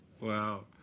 Wow